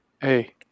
Hey